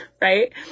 right